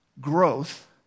growth